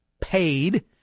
paid